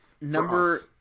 number